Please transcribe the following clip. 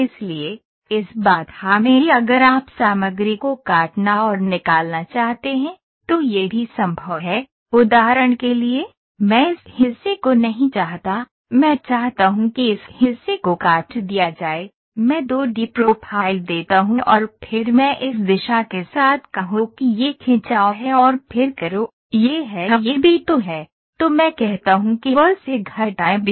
इसलिए इस बाधा में भी अगर आप सामग्री को काटना और निकालना चाहते हैं तो यह भी संभव है उदाहरण के लिए मैं इस हिस्से को नहीं चाहता मैं चाहता हूं कि इस हिस्से को काट दिया जाए मैं 2 डी प्रोफाइल देता हूं और फिर मैं इस दिशा के साथ कहो कि यह खिंचाव है और फिर करो यह है A यह B तो है तो मैं कहता हूँ कि A से घटाएँ B